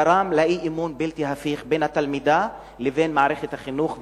גרם לאי-אמון בלתי הפיך בין התלמידה לבין מערכת החינוך ובית-הספר.